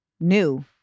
new